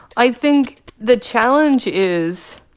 i think the challenge is,